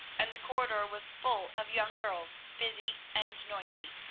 and the corridor was full of young girls, busy and noisy.